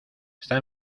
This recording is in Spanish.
está